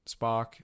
Spock